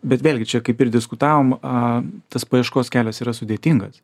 bet vėlgi čia kaip ir diskutavom tas paieškos kelias yra sudėtingas